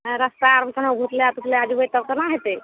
रास्ता आरमे कतौ भुतलए तुतलए जेबै तब केना हेतै